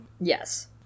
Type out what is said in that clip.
Yes